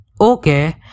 okay